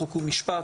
חוק ומשפט,